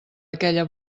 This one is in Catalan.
aquella